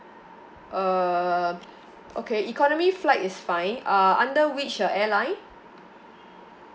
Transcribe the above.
um okay economy flight is fine uh under which uh airline